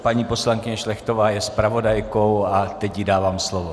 Paní poslankyně Šlechtová je zpravodajkou a teď jí dávám slovo.